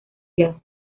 jazz